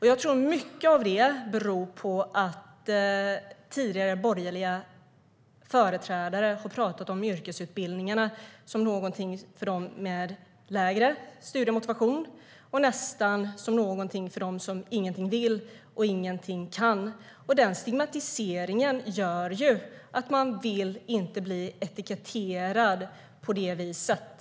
Jag tror att mycket av det beror på att tidigare borgerliga företrädare har talat om yrkesutbildningarna som någonting för dem med lägre studiemotivation och nästan som någonting för dem som ingenting vill och ingenting kan. Den stigmatiseringen gör att människor inte vill bli etiketterade på det viset.